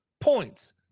points